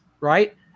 right